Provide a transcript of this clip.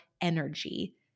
energy